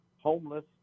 homeless